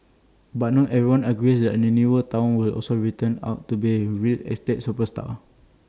but not everyone agrees the newer Town will also turn out to be A real estate superstar